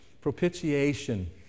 Propitiation